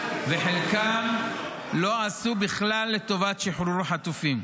וחלקם לא עשו בכלל לטובת שחרור החטופים.